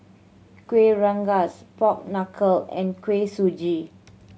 Kueh Rengas pork knuckle and Kuih Suji